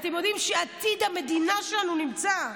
אתם יודעים שעתיד המדינה שלנו נמצא,